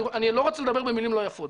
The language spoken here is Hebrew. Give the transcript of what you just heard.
אני לא רוצה לדבר במילים לא יפות,